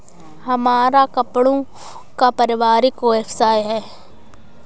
हमारा कपड़ों का पारिवारिक व्यवसाय है